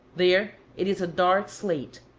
there it is a dark slate,